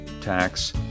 tax